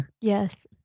Yes